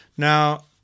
Now